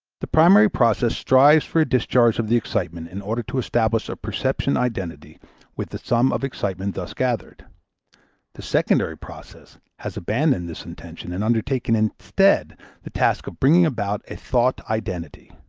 the primary process strives for a discharge of the excitement in order to establish a perception identity with the sum of excitement thus gathered the secondary process has abandoned this intention and undertaken instead the task of bringing about a thought identity.